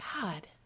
God